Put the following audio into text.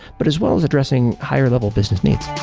but as well as addressing higher-level business needs.